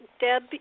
Deb